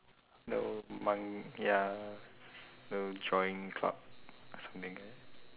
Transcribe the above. no mang~ ya no drawing club something